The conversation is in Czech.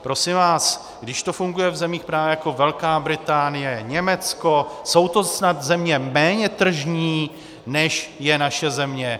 Prosím vás, když to funguje v zemích právě jako Velká Británie, Německo, jsou to snad země méně tržní, než je naše země?